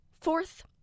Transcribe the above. Fourth